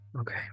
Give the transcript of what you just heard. Okay